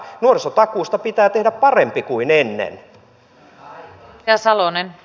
nuorisotakuusta pitää tehdä parempi kuin ennen